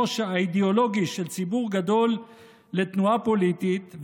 האידיאולוגי של ציבור גדול לתנועה פוליטית,